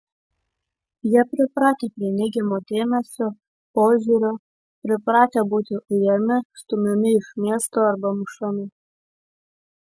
jie pripratę prie neigiamo dėmesio požiūrio pripratę būti ujami stumiami iš miesto arba mušami